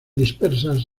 dispersas